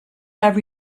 have